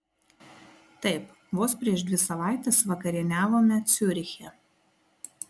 taip vos prieš dvi savaites vakarieniavome ciuriche